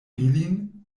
ilin